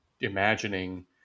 imagining